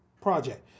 project